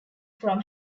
from